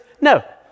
No